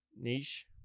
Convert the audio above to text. Niche